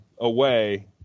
away